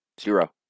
zero